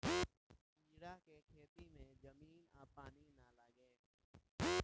कीड़ा के खेती में जमीन आ पानी ना लागे